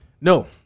No